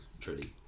truly